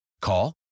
Call